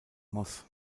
moss